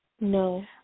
no